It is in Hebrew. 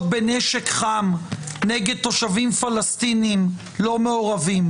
בנשק חם נגד תושבים פלסטינים לא מעורבים,